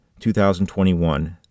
2021